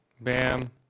Bam